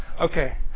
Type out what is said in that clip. Okay